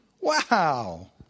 Wow